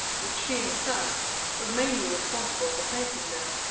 which she herself was mainly responsible for placing there.